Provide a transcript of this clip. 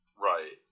right